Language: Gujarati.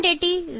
80 0